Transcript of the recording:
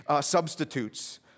substitutes